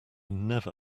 never